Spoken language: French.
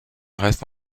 reste